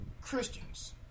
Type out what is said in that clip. Christians